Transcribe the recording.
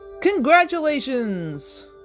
Congratulations